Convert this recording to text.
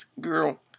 girl